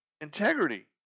integrity